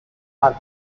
are